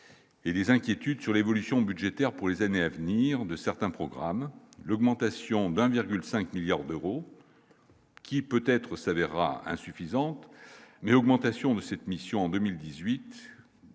et des inquiétudes sur l'évolution budgétaire pour les années à venir de certains programmes l'augmentation d'1,5 milliard d'euros. Qui, peut-être, s'avérera insuffisante, mais l'augmentation de cette mission en 2018,